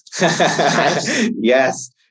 Yes